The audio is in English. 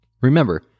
Remember